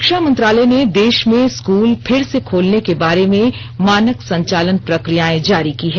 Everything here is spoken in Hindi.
शिक्षा मंत्रालय ने देश में स्कूल फिर से खोलने के बारे में मानक संचालन प्रक्रियाएं जारी की है